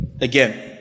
again